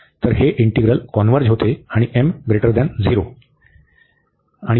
तर हे integral converge होते आणि m 0